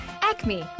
Acme